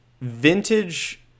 vintage